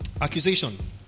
accusation